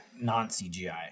non-CGI